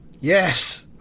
Yes